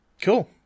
Cool